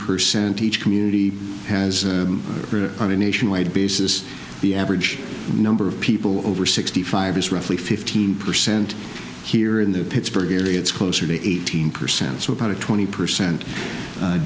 percent each community has a nationwide basis the average number of people over sixty five is roughly fifteen percent here in the pittsburgh area it's closer to eighteen percent so about a twenty percent